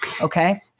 Okay